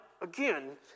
again